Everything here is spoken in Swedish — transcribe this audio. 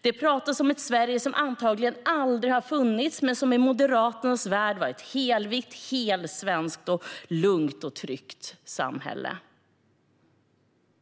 Det pratas om ett Sverige som antagligen aldrig har funnits men som i Moderaternas värld var ett helvitt, helsvenskt, lugnt och tryggt samhälle.